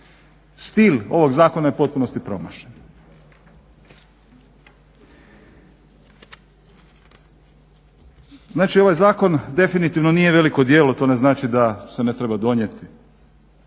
Stil ovog zakona je u potpunosti promašen. Znači ovaj zakon definitivno nije veliko djelo, to ne znači da se ne treba donijeti,